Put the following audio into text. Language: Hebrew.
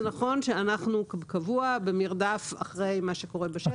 זה נכון שאנחנו קבוע במרדף אחרי מה שקורה בשטח.